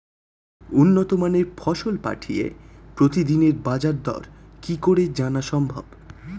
উন্নত মানের ফসল পাঠিয়ে প্রতিদিনের বাজার দর কি করে জানা সম্ভব?